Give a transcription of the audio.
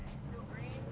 still green.